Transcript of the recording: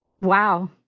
Wow